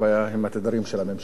הבעיה היא עם התדרים של הממשלה.